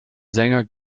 sänger